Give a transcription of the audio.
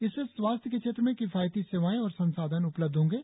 इससे स्वास्थ्य के क्षेत्र में किफायती सेवाएं और संसाधन उपलब्ध होंगे